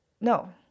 No